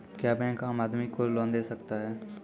क्या बैंक आम आदमी को लोन दे सकता हैं?